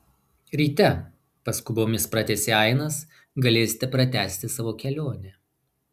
ryte paskubomis pratęsė ainas galėsite pratęsti savo kelionę